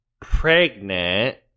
pregnant